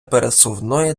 пересувної